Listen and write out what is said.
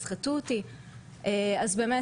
גם בחברה הערבית, וגם בחברה היהודית.